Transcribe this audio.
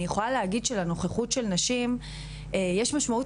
אני יכולה להגיד שלנוכחות של נשים יש משמעות